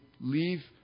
leave